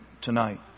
tonight